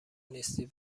نیستی